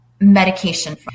medication